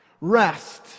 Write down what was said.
Rest